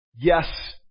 Yes